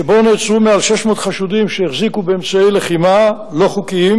שבו נעצרו יותר מ-600 חשודים שהחזיקו באמצעי לחימה לא חוקיים.